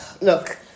look